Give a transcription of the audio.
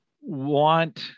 want